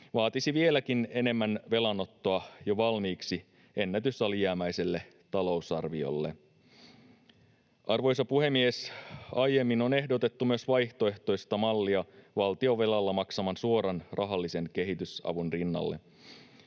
vaatisi vieläkin enemmän velanottoa jo valmiiksi ennätysalijäämäiselle talousarviolle. Arvoisa puhemies! Aiemmin on ehdotettu myös vaihtoehtoista mallia valtion velalla maksaman suoran rahallisen kehitysavun rinnalle.